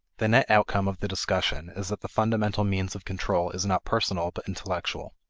the net outcome of the discussion is that the fundamental means of control is not personal but intellectual.